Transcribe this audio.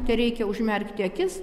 tereikia užmerkti akis